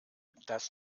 das